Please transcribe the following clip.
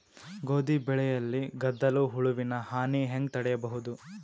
ಗೋಧಿ ಬೆಳೆಯಲ್ಲಿ ಗೆದ್ದಲು ಹುಳುವಿನ ಹಾನಿ ಹೆಂಗ ತಡೆಬಹುದು?